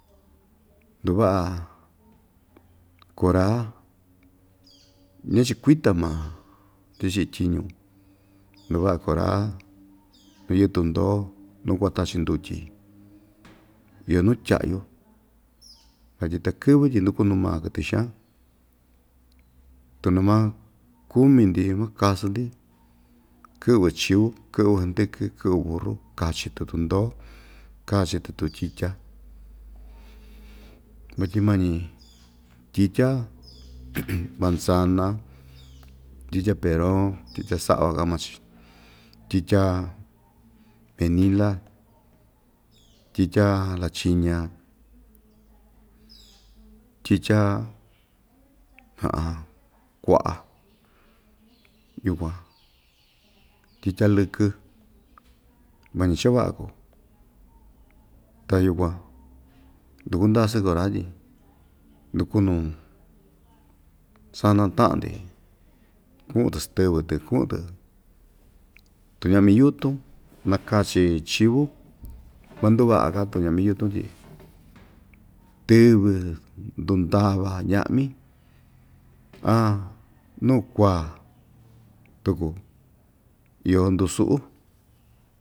Nduvaꞌa kora ñachikuita maa tichi tyiñu nduvaꞌa kuraa nuu yɨꞌɨ tundoo nuu kuata‑chi ndutyi iyo nuu tyaꞌyu vatyi takɨvɨ tyi ndukunu maa kɨtɨ xaan tuu nuu maa kumi‑ndi maa kasɨ‑ndi kɨꞌvɨ chiu kɨꞌvɨ ndɨkɨ kɨꞌvɨ buru kachi‑tɨ tundoo, kachi‑tɨ tutyitya, vatyi mañi tyitya manzana tyitya peroon tyitya saꞌva kaꞌan maa‑chi tyitya menila tyitya lachiña tyitya kuaꞌa yukuan tyitya lɨkɨ mañi cha vaꞌa kuu ta yukuan nduku ndasɨ kuraa tyi ndukunu saana taꞌa‑ndi kuꞌun‑tɨ stɨvɨ‑tɨ kuꞌun‑tɨ tuñaꞌmi yutun naka‑chi chivu manduvaꞌa‑ka tuñami yutun tyi tɨvɨ ndundava ñaꞌmi aa nuu kua tuku iyo ndusuꞌu.